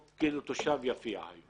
תושב יפיע אבל